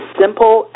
simple